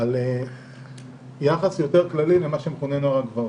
על יחס יותר כללי למה שמכונה "נוער הגבעות".